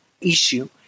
issue